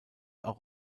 auch